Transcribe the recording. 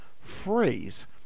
phrase